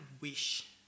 wish